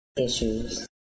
issues